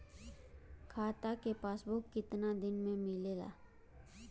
खाता के पासबुक कितना दिन में मिलेला?